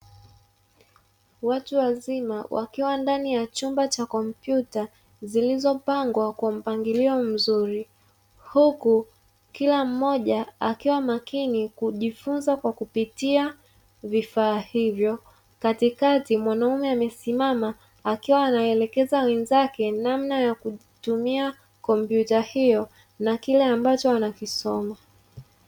Watu wazima wakiwa ndani ya kompyuta, zilizopangwa kwa mpangilio mzuri, huku kila mmoja akiwa makini kujifunza kwa kupitia vifaa hivyo. Katikati mwanaume amesimama akiwa anaelekeza wenzake namna ya kutumia kompyuta hiyo, na kile ambacho anakisoma.